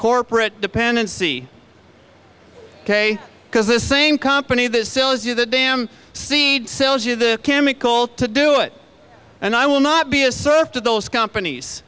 corporate dependency ok because the same company that sells you the damn seed sells you the chemical to do it and i will not be a serf to those companies